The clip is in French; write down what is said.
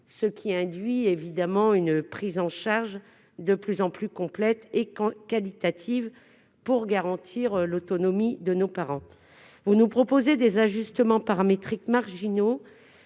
Cela induit évidemment une prise en charge de plus en plus complète et qualitative pour garantir l'autonomie de nos aînés. Vous nous proposez des ajustements paramétriques marginaux